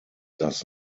does